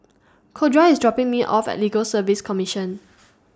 Corda IS dropping Me off At Legal Service Commission